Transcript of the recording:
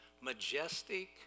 majestic